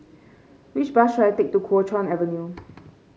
which bus should I take to Kuo Chuan Avenue